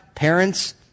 Parents